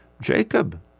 Jacob